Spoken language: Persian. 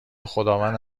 خداوند